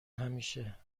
همیشه